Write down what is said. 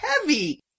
heavy